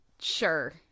sure